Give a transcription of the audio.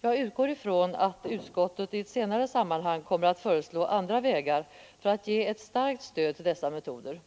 Jag utgår ifrån att utskottet i ett senare sammanhang kommer att föreslå andra vägar för att ge ett starkt stöd till dessa metoder.